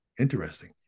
Interesting